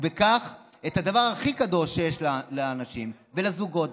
וכך הדבר הכי קדוש שיש לאנשים ולזוגות,